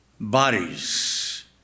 bodies